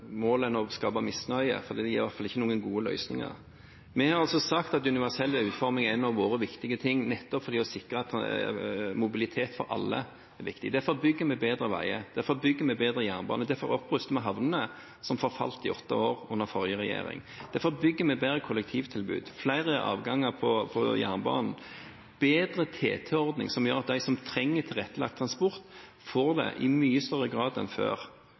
å skape misnøye. Det gir i hvert fall ikke gode løsninger. Vi har sagt at universell utforming er et av våre viktige mål, nettopp for at det å sikre mobilitet for alle er viktig. Derfor bygger vi bedre veier, derfor bygger vi bedre jernbane, derfor oppruster vi havnene, som forfalt i åtte år under forrige regjering, og derfor bygger vi bedre kollektivtilbud: flere avganger på jernbanen, en bedre TT-ordning, som gjør at de som trenger tilrettelagt transport, får det i mye større grad enn før.